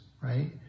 right